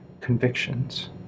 convictions